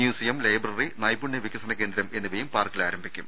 museum library നൈപുണ്യ വികസന കേന്ദ്രം എന്നിവയും പാർക്കിൽ ആരംഭിക്കും